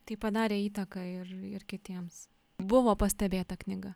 tai padarė įtaką ir ir kitiems buvo pastebėta knyga